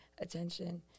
attention